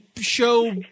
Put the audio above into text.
show